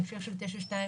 ההמשך של 922,